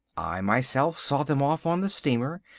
i myself saw them off on the steamer,